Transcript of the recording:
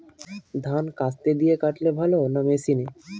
ধান কাস্তে দিয়ে কাটলে ভালো না মেশিনে?